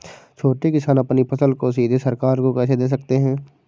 छोटे किसान अपनी फसल को सीधे सरकार को कैसे दे सकते हैं?